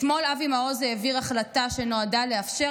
אתמול אבי מעוז העביר החלטה שנועדה לאפשר